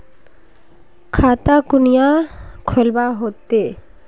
खाता कुनियाँ खोलवा होते?